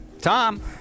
Tom